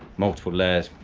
multiple layers,